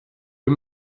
wir